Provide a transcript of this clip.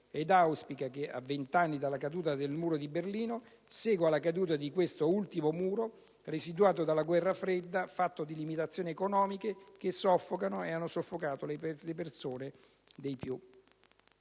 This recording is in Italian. ed auspica che, a vent'anni dalla caduta del muro di Berlino, segua la caduta di questo ultimo muro residuato dalla Guerra fredda, fatto di limitazioni economiche che hanno soffocato e soffocano le persone.